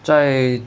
在